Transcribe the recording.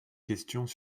questions